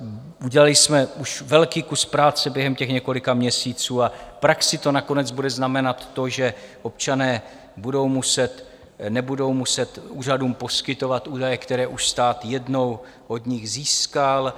Udělali jsme už velký kus práce během těch několika měsíců a v praxi to nakonec bude znamenat to, že občané nebudou muset úřadům poskytovat údaje, které už stát jednou od nich získal.